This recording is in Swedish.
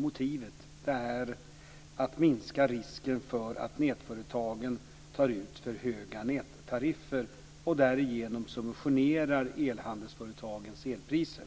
Motivet är att minska risken för att nätföretagen tar ut för höga nättariffer och därigenom subventionerar elhandelsföretagens elpriser.